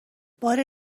بار